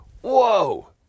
Whoa